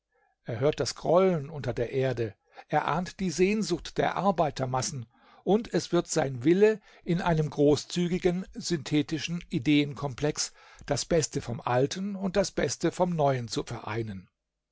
er hört das grollen unter der erde er ahnt die sehnsucht der arbeitermassen und es wird sein wille in einem großzügigen synthetischen ideenkomplex das beste vom alten und das beste vom neuen zu vereinen